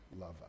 love